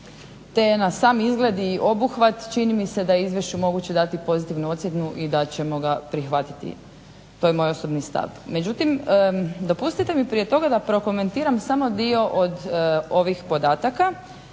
je na sam izgled i obuhvat čini mi se da je izvješću moguće dati pozitivnu ocjenu i da ćemo ga prihvatiti. To je moj osobni stav. Međutim dopustite mi prije toga da prokomentiram samo dio od ovih podataka